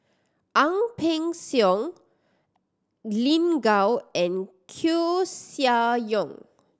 Ang Peng Siong Lin Gao and Koeh Sia Yong